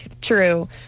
True